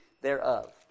thereof